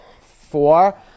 Four